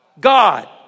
God